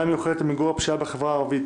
למיגור הפשיעה בחברה הערבית: